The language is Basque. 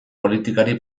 politikari